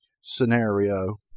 scenario